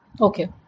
Okay